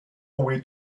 way